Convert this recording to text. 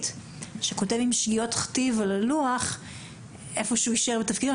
שכותב בשגיאות כתיב על הלוח יישאר בתפקידו.